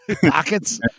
pockets